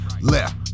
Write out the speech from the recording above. left